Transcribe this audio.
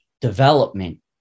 development